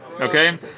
okay